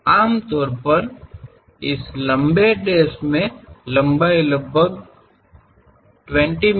ಸಾಮಾನ್ಯವಾಗಿ ಈ ಉದ್ದವಾದ ಡ್ಯಾಶ್ ಸುಮಾರು 20 ಮಿ